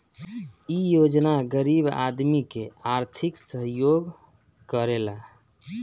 इ योजना गरीब आदमी के आर्थिक सहयोग करेला